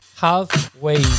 halfway